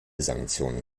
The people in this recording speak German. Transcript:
sanktionen